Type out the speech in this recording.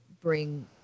bring